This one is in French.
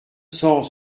cent